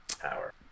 power